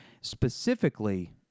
Specifically